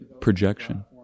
projection